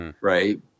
right